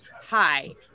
hi